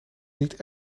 niet